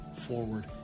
forward